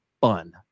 fun